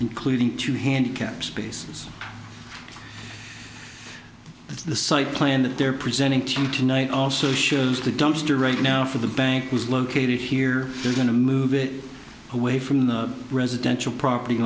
including two handicap spaces the site plan that they're presenting to you tonight also shows the dumpster right now for the bank was located here they're going to move it away from the residential property